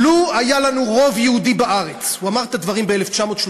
"לו היה לנו רוב יהודי בארץ" הוא אמר את הדברים ב-1939,